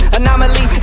anomaly